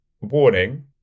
warning